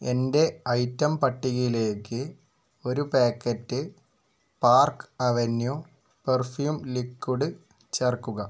എന്റെ ഐറ്റം പട്ടികയിലേക്ക് ഒരു packet Park Avenue perfume liquid ചേർക്കുക